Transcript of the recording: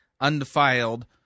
undefiled